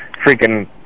freaking